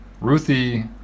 Ruthie